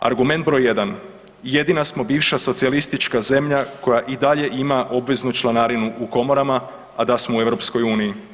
Argument broj 1. jedina smo bivša socijalistička zemlja koja i dalje ima obveznu članarinu u komorama, a da smo u EU.